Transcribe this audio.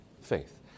faith